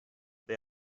they